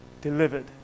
delivered